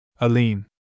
Aline